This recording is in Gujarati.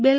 બેલ